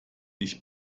nicht